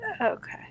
Okay